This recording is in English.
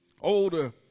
Older